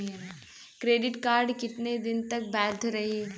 Credit card कितना दिन तक वैध रही?